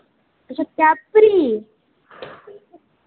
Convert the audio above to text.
अच्छा कैप्री